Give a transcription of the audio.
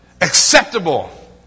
acceptable